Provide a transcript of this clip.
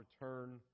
return